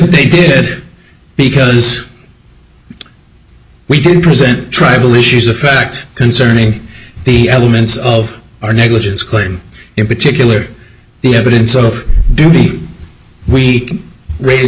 they did because we can present tribal issues a fact concerning the elements of our negligence claim in particular the evidence of duty we raised